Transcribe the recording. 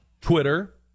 Twitter